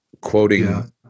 quoting